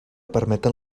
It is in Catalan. permeten